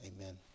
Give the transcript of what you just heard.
Amen